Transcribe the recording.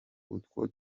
utwo